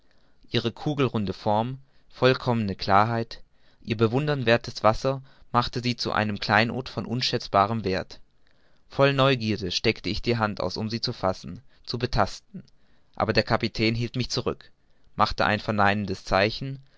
ihre kugelrunde form vollkommene klarheit ihr bewundernswerthes wasser machte sie zu einem kleinod von unschätzbarem werth voll neugierde streckte ich die hand aus um sie zu fassen zu betasten aber der kapitän hielt mich zurück machte ein verneinendes zeichen